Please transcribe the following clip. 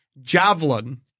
javelin